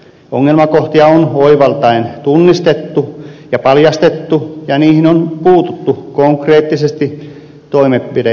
ongelmakohtia on oivaltaen tunnistettu ja paljastettu ja niihin on puututtu konkreettisesti toimenpide ehdotuksissa